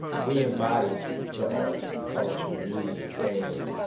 we embody the arts, culture, music, dance,